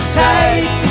tight